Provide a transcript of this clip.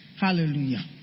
Hallelujah